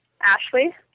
Ashley